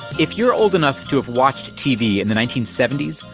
if you're old enough to have watched tv in the nineteen seventy s,